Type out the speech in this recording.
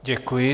Děkuji.